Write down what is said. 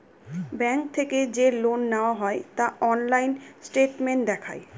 bank থেকে যে loan নেওয়া হয় তা অনলাইন স্টেটমেন্ট দেখায়